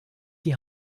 die